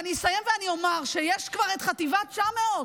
אני אסיים ואני אומר שיש כבר את חטיבה 900,